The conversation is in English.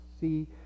see